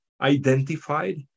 identified